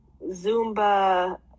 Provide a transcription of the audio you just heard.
Zumba